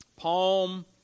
Palm